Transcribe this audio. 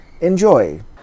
Enjoy